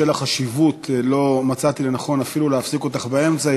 אבל בשל החשיבות לא מצאתי לנכון אפילו להפסיק אותך באמצע.